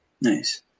Nice